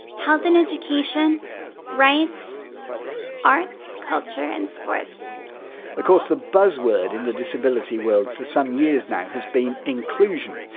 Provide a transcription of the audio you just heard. health and education rights arts, culture and sports of course, the buzz word in the disability world for some years now has been inclusive,